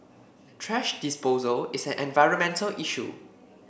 thrash disposal is an environmental issue